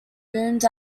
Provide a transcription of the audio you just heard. boomed